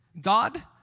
God